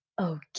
okay